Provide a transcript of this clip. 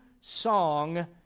song